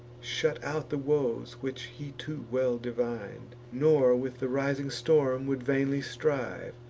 shut out the woes which he too well divin'd nor with the rising storm would vainly strive,